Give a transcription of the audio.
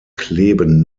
kleben